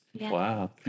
Wow